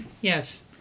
Yes